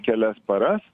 kelias paras